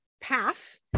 path